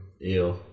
Ew